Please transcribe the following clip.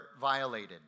violated